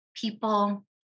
people